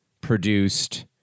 produced